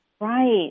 Right